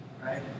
Right